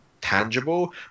tangible